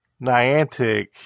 Niantic